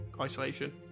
isolation